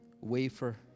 wafer